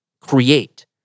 create